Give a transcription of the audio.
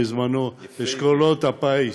בזמנו אשכולות הפיס.